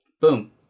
boom